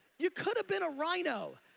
you could've been a rhino.